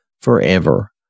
forever